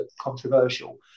controversial